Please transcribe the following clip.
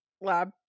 Lab